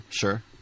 Sure